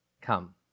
come